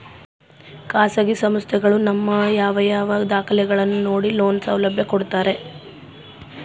ಖಾಸಗಿ ಸಂಸ್ಥೆಗಳು ನಮ್ಮ ಯಾವ ಯಾವ ದಾಖಲೆಗಳನ್ನು ನೋಡಿ ಲೋನ್ ಸೌಲಭ್ಯ ಕೊಡ್ತಾರೆ?